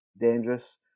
dangerous